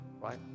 right